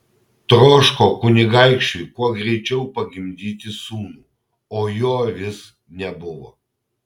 troško kunigaikščiui kuo greičiau pagimdyti sūnų o jo vis nebuvo